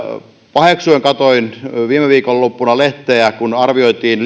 paheksuen katsoin viime viikonloppuna lehteä kun arvioitiin